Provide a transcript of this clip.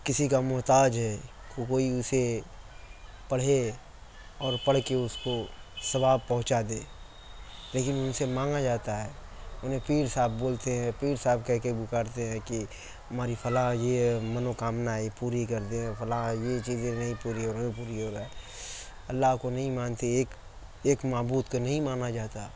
کسی کا محتاج ہے کہ کوئی اُسے پڑھے اور پڑھ کے اُس کو ثواب پہنچا دے لیکن اِن سے مانگا جاتا ہے اِنہیں پیر صاحب بولتے ہیں پیر صاحب کہہ کے پکارتے ہیں کہ ہماری فلاں یہ منوکامنائیں پوری کر دیں اور فلاں یہ چیزیں نہیں پوری ہو رہا ہے اللہ کو نہیں مانتے ایک ایک معبود کو نہیں مانا جاتا